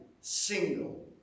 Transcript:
single